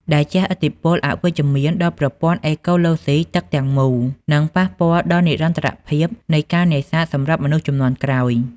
ដែលជះឥទ្ធិពលអវិជ្ជមានដល់ប្រព័ន្ធអេកូឡូស៊ីទឹកទាំងមូល និងប៉ះពាល់ដល់និរន្តរភាពនៃការនេសាទសម្រាប់មនុស្សជំនាន់ក្រោយ។